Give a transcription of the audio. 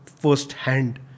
firsthand